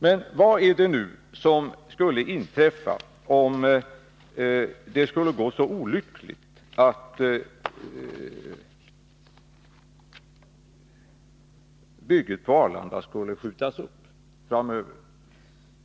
Men vad skulle inträffa om det nu skulle gå så olyckligt att bygget på Arlanda skjuts upp framöver?